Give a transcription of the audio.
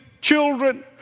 children